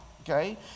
okay